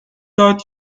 داد